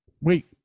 wait